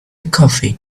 coffee